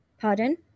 pardon